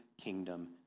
kingdom